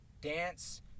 dance